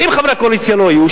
אם חברי הקואליציה לא היו,